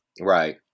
Right